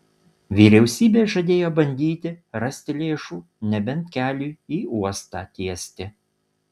vyriausybė žadėjo bandyti rasti lėšų nebent keliui į uostą tiesti